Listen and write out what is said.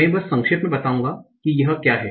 मैं बस संक्षेप में बताऊंगा कि यह क्या है